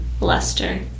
luster